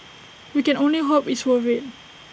we can only hope it's worth IT